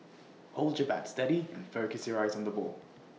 hold your bat steady and focus your eyes on the ball